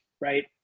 right